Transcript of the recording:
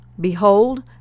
Behold